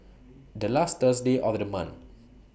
The last Thursday of The month